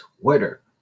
Twitter